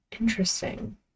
Interesting